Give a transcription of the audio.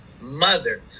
mother